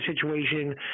situation